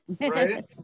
right